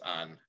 on